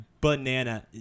banana